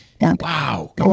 wow